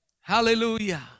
Hallelujah